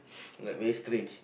like very strange